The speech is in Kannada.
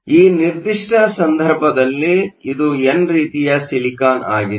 ಈ ನಿರ್ದಿಷ್ಟ ಸಂದರ್ಭದಲ್ಲಿ ಇದು ಎನ್ ರೀತಿಯ ಸಿಲಿಕಾನ್ ಆಗಿದೆ